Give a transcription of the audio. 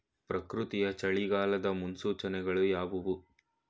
ಪ್ರಕೃತಿಯ ಚಳಿಗಾಲದ ಮುನ್ಸೂಚನೆಗಳು ಯಾವುವು?